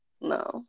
No